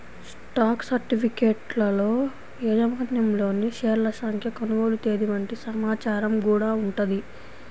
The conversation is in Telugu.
స్టాక్ సర్టిఫికెట్లలో యాజమాన్యంలోని షేర్ల సంఖ్య, కొనుగోలు తేదీ వంటి సమాచారం గూడా ఉంటది